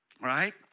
right